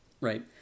Right